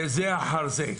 בזה אחר זה,